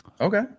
Okay